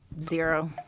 Zero